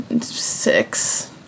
six